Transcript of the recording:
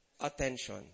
attention